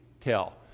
tell